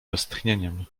westchnieniem